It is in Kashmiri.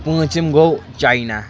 پوٗنٛژِم گوٚو چاینا